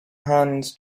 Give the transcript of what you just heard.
hands